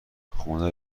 خونه